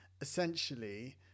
essentially